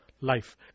life